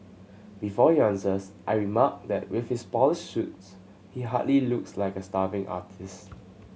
before he answers I remark that with his polished suits he hardly looks like a starving artist